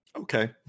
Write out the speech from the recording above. okay